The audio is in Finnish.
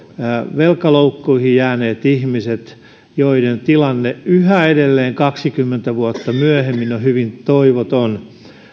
velkaloukkuihin jääneet ihmiset joiden tilanne yhä edelleen kaksikymmentä vuotta myöhemmin on hyvin toivoton